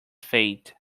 fate